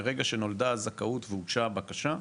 מרגע שנולדה הזכאות והוגשה הבקשה,